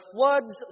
floods